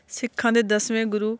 ਸਿੱਖਾਂ ਦੇ ਦਸਵੇਂ ਗੁਰੂ